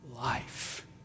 Life